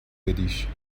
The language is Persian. بدیش